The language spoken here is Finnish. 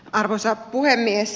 arvoisa puhemies